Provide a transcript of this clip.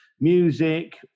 music